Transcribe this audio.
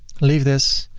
leave this,